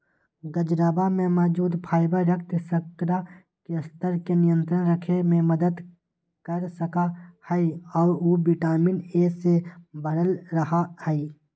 गजरवा में मौजूद फाइबर रक्त शर्करा के स्तर के नियंत्रण रखे में मदद कर सका हई और उ विटामिन ए से भरल रहा हई